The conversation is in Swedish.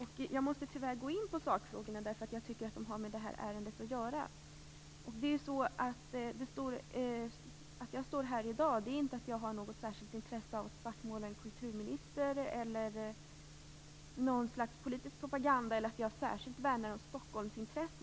Tyvärr måste jag gå in på sakfrågorna, som jag tycker har med ärendet att göra. Att jag i dag står här i denna talarstol beror inte på att jag har ett särskilt intresse av att svartmåla en kulturminister, på att det skulle vara fråga om ett slags politisk propaganda eller på att jag särskilt värnar Stockholmsintressen.